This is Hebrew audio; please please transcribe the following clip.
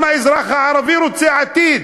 גם האזרח הערבי רוצה עתיד.